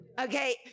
Okay